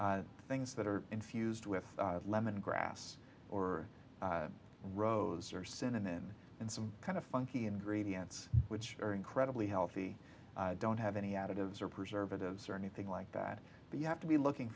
things that are infused with lemon grass or rose or cinnamon and some kind of funky ingredients which are incredibly healthy don't have any additives or preservatives or anything like that but you have to be looking